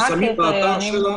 מה הקריטריונים?